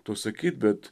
to sakyt bet